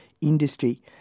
industry